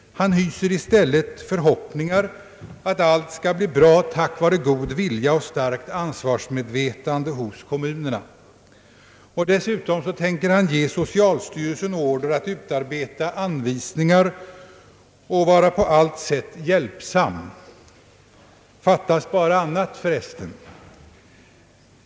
Han hyser i stället förhoppningar att allt skall bli bra tack vare god vilja och starkt ansvarsmedvetande hos kommunerna. Dessutom tänker han ge socialstyrelsen order att utarbeta anvisningar och vara på allt sätt hjälpsam. Fattas bara annat för resten!